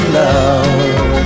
love